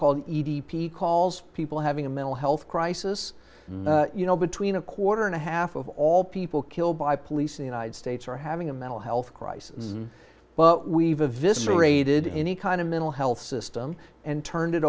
called e d p calls people having a mental health crisis you know between a quarter and a half of all people killed by police in united states are having a mental health crisis but we've a visceral raided any kind of mental health system and turned it